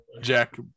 Jack